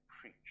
preach